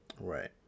Right